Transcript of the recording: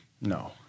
No